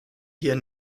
hier